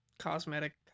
cosmetic